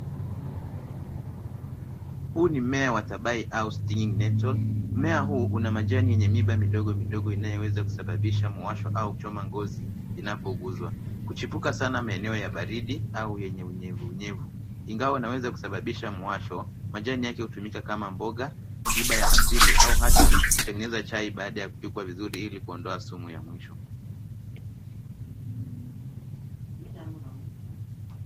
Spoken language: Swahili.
Huu ni mmea wa thabai au stinging nettle . Mmea huu una majani yenye miiba midogo midogo inayoweza kusababisha muwasho au kuchoma ngozi inapoguzwa. Huchipuka sana maeneo ya baridi au yenye unyevunyevu. Ingawa inaweza kusababisha muwasho, majani yake hutumika kama mboga, tiba ya asili au hata kutengeneza chai baada ya kupikwa vizuri ili kuondoa sumu ya mwisho.